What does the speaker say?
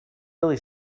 really